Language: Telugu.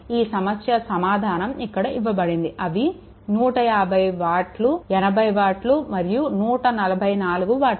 ఈ సమస్య సమాధానం ఇక్కడ ఇవ్వబడింది అవి 150 వాట్లు 80 వాట్లు మరియు 144 వాట్లు